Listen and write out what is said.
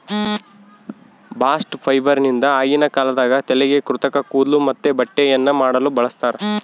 bast ಫೈಬರ್ನಿಂದ ಆಗಿನ ಕಾಲದಾಗ ತಲೆಗೆ ಕೃತಕ ಕೂದ್ಲು ಮತ್ತೆ ಬಟ್ಟೆಯನ್ನ ಮಾಡಲು ಬಳಸ್ತಾರ